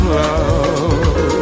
love